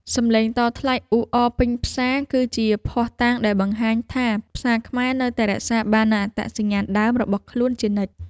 សម្លេងតថ្លៃអ៊ូអរពេញផ្សារ គឺជាភស្តុតាងដែលបង្ហាញថាផ្សារខ្មែរនៅតែរក្សាបាននូវអត្តសញ្ញាណដើមរបស់ខ្លួនជានិច្ច។